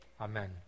Amen